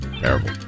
Terrible